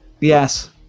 yes